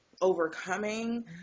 overcoming